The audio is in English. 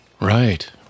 Right